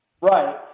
Right